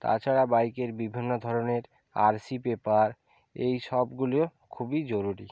তাছাড়া বাইকের বিভিন্ন ধরনের আর সি পেপার এইসবগুলিও খুবই জরুরি